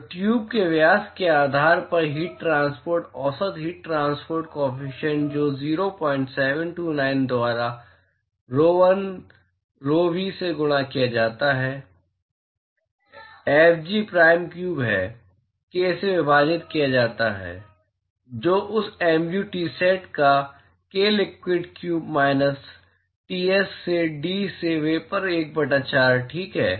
तो ट्यूब के व्यास के आधार पर हीट ट्रांसपोट औसत हीट ट्रांसपोर्ट काॅफिशियंट जो 0729 द्वारा rho l rho v से गुणा किया जाता है fg प्राइम क्यूब को k से विभाजित किया जाता है जो उस mu Tsat का k liquid cube minus Ts से d से पावर 1 बटा 4 ठीक है